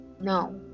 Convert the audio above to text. No